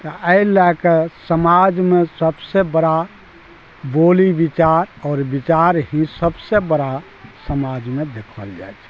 तऽ अइ लए कऽ समाजमे सबसँ बड़ा बोली विचार आओर विचार ही सबसँ बड़ा समाजमे देखल जाइ छै